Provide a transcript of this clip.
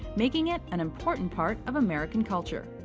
making it an important part of american culture.